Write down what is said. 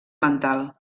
mental